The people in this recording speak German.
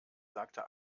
sagte